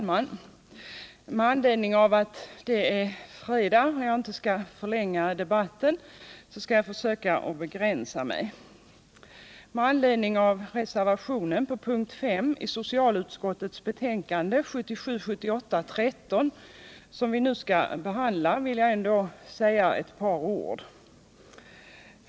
Herr talman! Eftersom det är fredag skall jag inte förlänga debatten utan försöka begränsa mig. Med anledning av den reservation på p. 5 i socialutskottets betänkande 1977/78:13 som vi nu skall behandla vill jag ändå säga några ord.